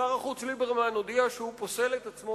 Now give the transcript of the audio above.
ששר החוץ ליברמן הודיע שהוא פוסל את עצמו